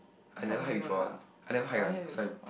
I never hike before [one] I never hike [one] last time